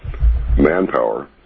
manpower